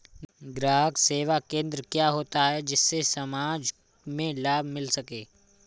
ग्राहक सेवा केंद्र क्या होता है जिससे समाज में लाभ मिल सके?